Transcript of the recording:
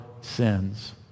sins